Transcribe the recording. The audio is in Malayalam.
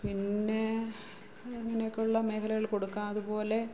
പിന്നെ അങ്ങനെയൊക്കെയുള്ള മേഖലകള് കൊടുക്കാം അതുപോലെ